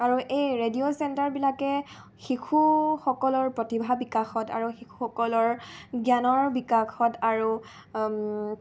আৰু এই ৰেডিঅ' চেণ্টাৰবিলাকে শিশুসকলৰ প্ৰতিভা বিকাশত আৰু শিশুসকলৰ জ্ঞানৰ বিকাশত আৰু